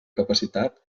capacitat